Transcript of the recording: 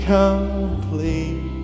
complete